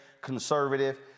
conservative